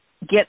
get